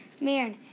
Man